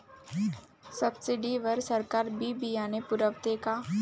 Subsidy वर सरकार बी बियानं पुरवते का?